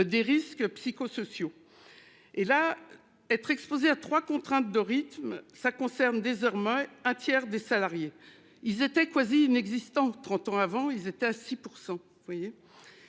des risques psychosociaux. Et là. Être exposé à trois contraintes de rythme, ça concerne désormais un tiers des salariés ils étaient quasi inexistants. 30 ans avant ils étaient à 6%,